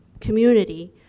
community